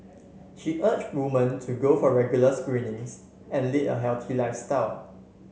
she urged woman to go for regular screenings and lead a healthy lifestyle